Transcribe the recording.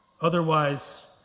Otherwise